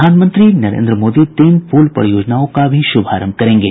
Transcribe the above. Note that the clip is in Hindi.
प्रधानमंत्री नरेन्द्र मोदी तीन पुल परियोजनाओं का भी शुभारंभ करेंगे